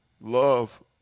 love